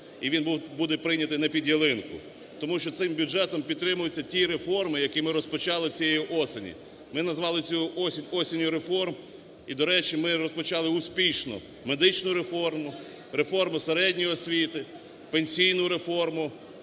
і він буде прийнятий не під ялинку. Тому що цим бюджетом підтримуються ті реформи, які ми розпочали цієї осені. Ми назвали цю осінь "осінню реформ", і, до речі, ми її розпочали успішно медичну реформу, реформу середньої освіти, пенсійну реформу.